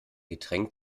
getränk